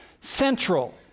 central